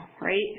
right